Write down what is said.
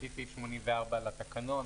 לפי סעיף 84 לתקנון,